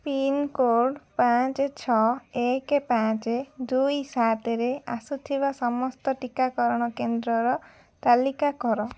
pincode ପାଞ୍ଚ ଛଅ ଏକ ପାଞ୍ଚେ ଦୁଇ ସାତରେ ଆସୁଥିବା ସମସ୍ତ ଟିକାକରଣ କେନ୍ଦ୍ରର ତାଲିକା କର